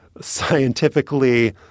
scientifically